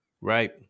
Right